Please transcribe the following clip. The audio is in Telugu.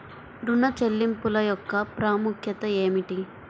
ఋణ చెల్లింపుల యొక్క ప్రాముఖ్యత ఏమిటీ?